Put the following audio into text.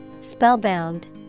Spellbound